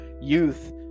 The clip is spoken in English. youth